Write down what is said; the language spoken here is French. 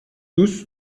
tous